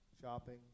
Shopping